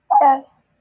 Yes